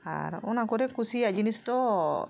ᱟᱨ ᱚᱱᱟ ᱠᱚᱨᱮ ᱠᱩᱥᱤᱭᱟᱜ ᱡᱤᱱᱤᱥ ᱫᱚ